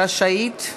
רשאית,